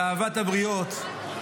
באהבת הבריות.